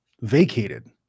vacated